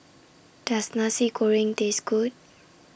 Does Nasi Goreng Taste Good